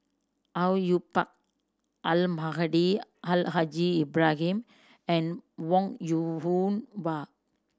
Au Yue Pak Almahdi Al Haj Ibrahim and Wong Yoon Wah